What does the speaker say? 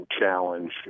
challenge